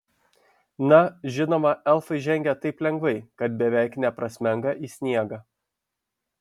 na žinoma elfai žengia taip lengvai kad beveik neprasmenga į sniegą